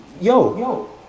Yo